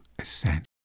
ascent